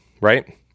Right